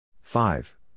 five